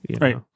Right